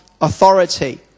authority